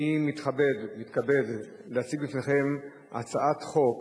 אני מתכבד להציג בפניכם את הצעת חוק